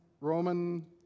Roman